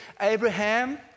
Abraham